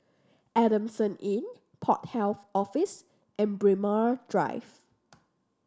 Adamson Inn Port Health Office and Braemar Drive